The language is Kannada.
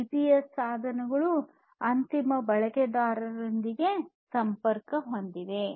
ಜಿಪಿಎಸ್ ಸಾಧನಗಳು ಅಂತಿಮ ಬಳಕೆದಾರರೊಂದಿಗೆ ಸಂಪರ್ಕ ಹೊಂದಿವೆ